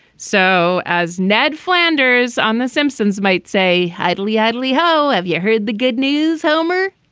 so as ned flanders on the simpsons might say idly idly how have you heard the good news. homer.